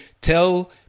tell